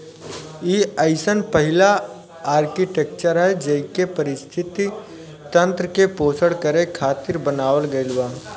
इ अइसन पहिला आर्कीटेक्चर ह जेइके पारिस्थिति तंत्र के पोषण करे खातिर बनावल गईल बा